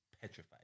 petrified